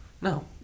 No